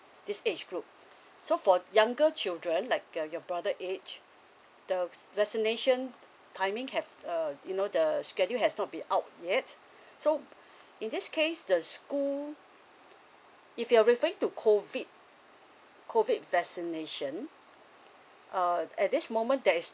this age group so for younger children like uh your brother age the vaccination timing have uh you know the schedule has not be out yet so in this case the school if you're referring to COVID COVID vaccination uh at this moment there is